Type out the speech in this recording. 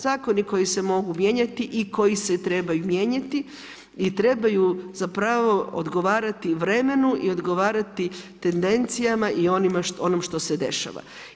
Zakoni koji se mogu mijenjati i koji se trebaju mijenjati i trebaju zapravo odgovarati vremenu i odgovarati tendencijama i onom što se dešava.